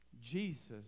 Jesus